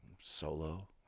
Solo